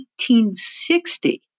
1860